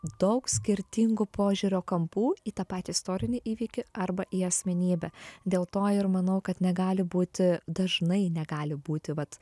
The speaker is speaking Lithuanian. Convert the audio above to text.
daug skirtingų požiūrio kampų į tą patį istorinį įvykį arba į asmenybę dėl to ir manau kad negali būti dažnai negali būti vat